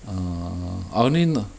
err I only kn~